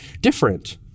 different